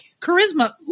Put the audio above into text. charisma